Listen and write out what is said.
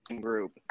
group